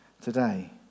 today